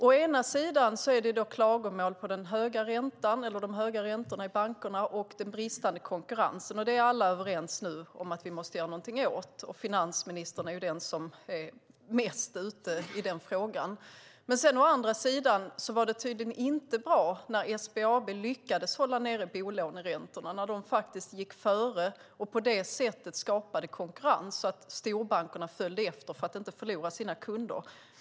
Å ena sidan är det klagomål på de höga räntorna i bankerna och den bristande konkurrensen. Det är alla överens om att vi måste göra något åt. Finansministern är den som är mest ute i den frågan. Å andra sidan var det tydligen inte bra när SBAB lyckade hålla nere bolåneräntorna. Man gick ju faktiskt före och skapade konkurrens, så att storbankerna följde efter för att inte förlora sina kunder.